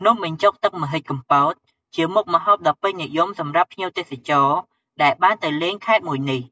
នំបញ្ចុកទឹកម្ហិចកំពត ជាមុខម្ហូបដ៏ពេញនិយមសម្រាប់ភ្ញៀវទេសចរ ដែលបានទៅលេងខេត្តមួយនេះ។